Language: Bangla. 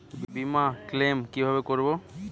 বিমা ক্লেম কিভাবে করব?